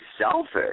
selfish